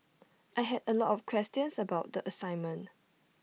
I had A lot of questions about the assignment